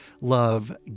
love